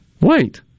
Wait